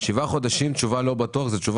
אחרי שבעה חודשים אני לא מקבל.